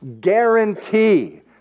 guarantee